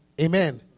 Amen